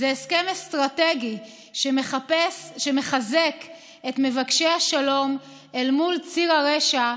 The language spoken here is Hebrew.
זה הסכם אסטרטגי שמחזק את מבקשי השלום אל מול ציר הרשע,